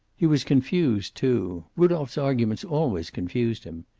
he was confused, too. rudolph's arguments always confused him.